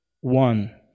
one